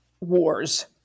wars